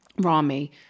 Rami